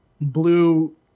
blue